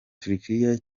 turukiya